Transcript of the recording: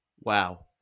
Wow